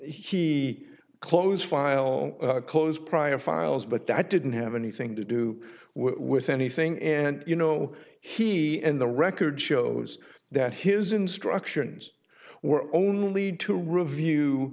he close file close prior files but that didn't have anything to do with anything and you know he and the record shows that his instructions were only to review